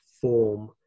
form